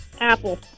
Apple